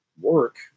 work